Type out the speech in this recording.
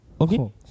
Okay